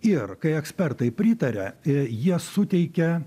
ir kai ekspertai pritaria jie suteikia